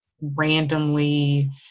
randomly